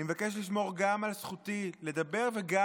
אני מבקש לשמור גם על זכותי לדבר וגם